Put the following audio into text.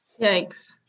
Yikes